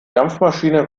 dampfmaschine